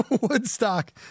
Woodstock